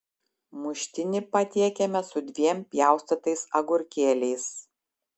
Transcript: muštinį patiekiame su dviem pjaustytais agurkėliais